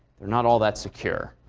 they're not all that secure.